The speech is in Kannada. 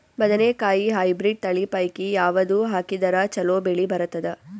ಬದನೆಕಾಯಿ ಹೈಬ್ರಿಡ್ ತಳಿ ಪೈಕಿ ಯಾವದು ಹಾಕಿದರ ಚಲೋ ಬೆಳಿ ಬರತದ?